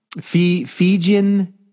Fijian